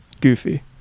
Goofy